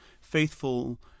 faithful